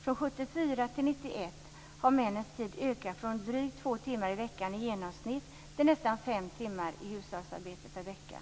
Från 1974 till 1991 har männens tid ökat från drygt två timmar i veckan i genomsnitt till nästan fem timmar i hushållsarbete per vecka.